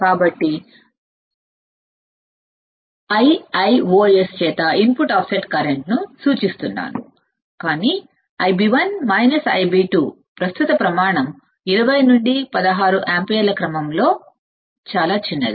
కాబట్టి Iios చేత input offset కరెంట్ను నేను సూచిస్తున్నాను కానీ |Ib1 Ib2|ప్రస్తుత పరిమాణం 20 నుండి 16 మైక్రోయాంపియర్ల క్రమంలో చాలా చిన్నది